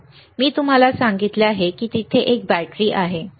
मी तुम्हाला सांगितले की तेथे एक बॅटरी आहे बरोबर